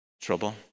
trouble